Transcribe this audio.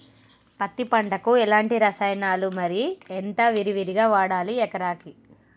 పత్తి పంటకు ఎలాంటి రసాయనాలు మరి ఎంత విరివిగా వాడాలి ఎకరాకి?